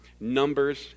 numbers